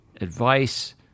Advice